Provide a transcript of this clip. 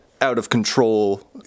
out-of-control